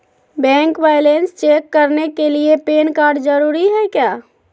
Bank balance check करने के लिए पैन कार्ड जरूरी है क्या?